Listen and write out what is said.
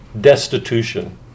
Destitution